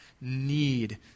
need